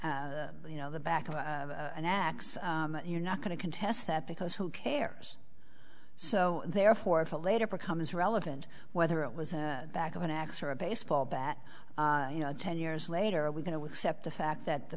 you know the back of an axe you're not going to contest that because who cares so therefore if a later becomes relevant whether it was a back of an axe or a baseball bat you know ten years later we're going to accept the fact that the